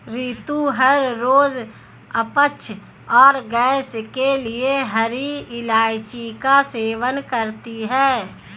रितु हर रोज अपच और गैस के लिए हरी इलायची का सेवन करती है